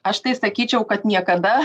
aš tai sakyčiau kad niekada